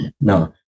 No